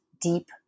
deep